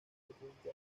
frecuente